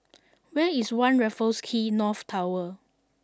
where is One Raffles Quay North Tower